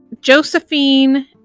Josephine